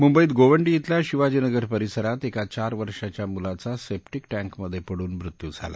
मुंबईत गोवंडी अल्या शिवाजी नगर परिसरात एका चार वर्षाच्या मुलाचा सेप्टीक टँकमधे पडून मृत्यू झाला